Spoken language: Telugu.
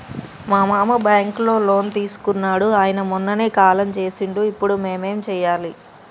మా మామ బ్యాంక్ లో లోన్ తీసుకున్నడు అయిన మొన్ననే కాలం చేసిండు ఇప్పుడు మేం ఏం చేయాలి?